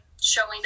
showing